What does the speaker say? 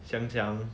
香江